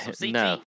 No